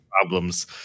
problems